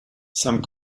some